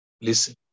listen